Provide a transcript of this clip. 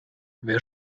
wer